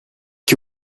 que